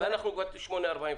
ואנחנו כבר ב-8:45.